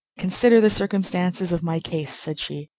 consider the circumstances of my case, said she.